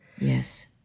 Yes